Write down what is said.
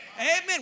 amen